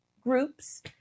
groups